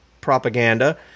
propaganda